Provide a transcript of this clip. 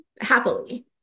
happily